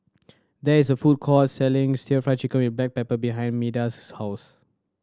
there is a food court selling still Fry Chicken with black pepper behind Meda's house